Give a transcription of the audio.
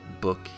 book